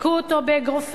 הכו אותו באגרופיהם,